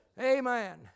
Amen